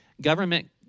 government